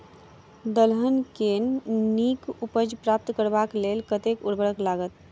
दलहन केँ नीक उपज प्राप्त करबाक लेल कतेक उर्वरक लागत?